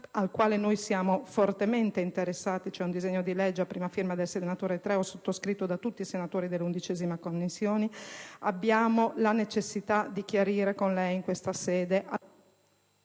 al quale noi siamo fortemente interessati - c'è un disegno di legge a prima firma del senatore Treu, sottoscritto da tutti i senatori della 11a Commissione - abbiamo la necessità di chiarire con lei, in questa sede,